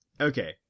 Okay